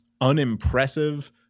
unimpressive